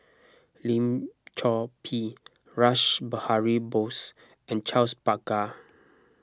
Lim Chor Pee Rash Behari Bose and Charles Paglar